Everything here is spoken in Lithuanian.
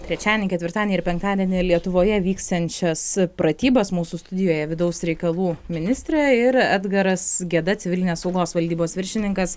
trečiadienį ketvirtadienį ir penktadienį lietuvoje vyksiančias pratybas mūsų studijoje vidaus reikalų ministrė ir edgaras geda civilinės saugos valdybos viršininkas